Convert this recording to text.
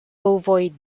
ovoid